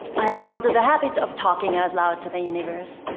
i have grown to the habit of talking out loud to the universe.